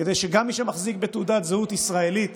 כדי שגם מי שמחזיק בתעודת זהות ישראלית